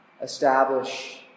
establish